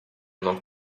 mną